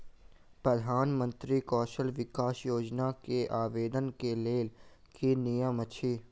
प्रधानमंत्री कौशल विकास योजना केँ आवेदन केँ लेल की नियम अछि?